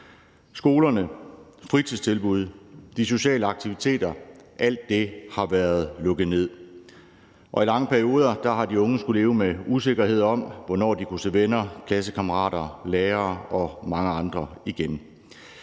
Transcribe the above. Skolerne, fritidstilbuddene, de sociale aktiviteter har været lukket ned, og i lange perioder har de unge skullet leve med usikkerheden om, hvornår de kunne se venner, klassekammerater, lærere og mange andre igen.